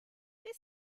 this